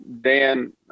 Dan